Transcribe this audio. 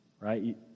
Right